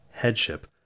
headship